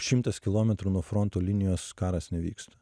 šimtas kilometrų nuo fronto linijos karas nevyksta